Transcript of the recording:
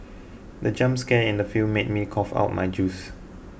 the jump scare in the film made me cough out my juice